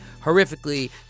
horrifically